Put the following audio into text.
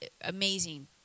amazing